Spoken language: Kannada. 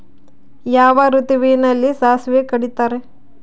ಯಾವ ಋತುವಿನಲ್ಲಿ ಸಾಸಿವೆ ಕಡಿತಾರೆ?